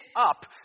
up